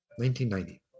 1990